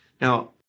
Now